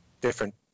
different